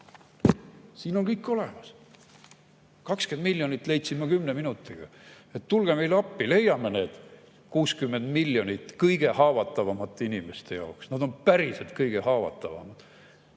Siin on kõik olemas, 20 miljonit leidsin ma kümne minutiga. Tulge meile appi, leiame need 60 miljonit kõige haavatavamate inimeste jaoks! Nad on päriselt kõige haavatavamad.